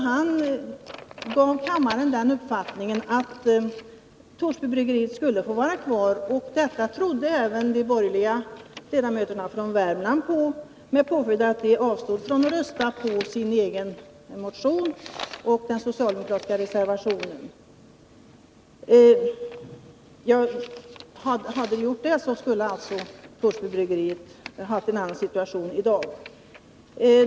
Han gav kammaren den uppfattningen att Torsbybryggeriet skulle få vara kvar. Detta trodde även de borgerliga ledamöterna från Värmland på, med påföljd att de avstod från att rösta på sin egen motion och på den socialdemokratiska reservationen. Hade man gjort det skulle Torsbybryggeriet i dag ha haft en annan situation.